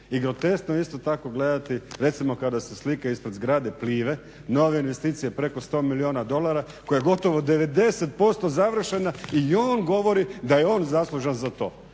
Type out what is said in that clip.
I groteskno je isto tako gledati recimo kada su slike ispred zgrade Plive nove investicije preko 100 milijuna dolara koje gotovo 90% završena i on govori da je on zaslužan za to,